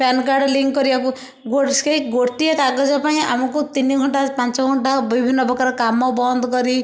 PAN card link କରିବାକୁ ସେହି ଗୋଟିଏ କାଗଜ ପାଇଁ ଆମକୁ ତିନି ଘଣ୍ଟା ପାଞ୍ଚ ଘଣ୍ଟା ବିଭିନ୍ନ ପ୍ରକାର କାମ ବନ୍ଦ କରି